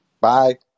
Bye